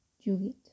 Juliet